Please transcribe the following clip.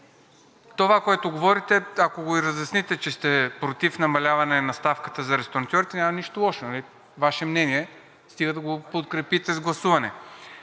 това, което говорите, ако го и разясните, че сте против намаляване на ставката за ресторантьорите, няма нищо лошо, Ваше мнение, стига да го подкрепите с гласуване.